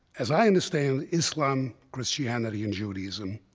as i understand islam, christianity and judaism,